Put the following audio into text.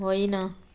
होइन